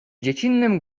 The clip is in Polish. dziecinnym